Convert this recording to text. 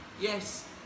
Yes